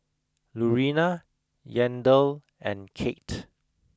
Lurena Yandel and Kate